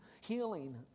healing